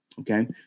Okay